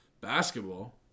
basketball